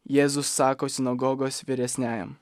jėzus sako sinagogos vyresniajam